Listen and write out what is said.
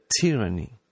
tyranny